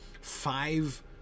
Five